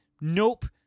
Nope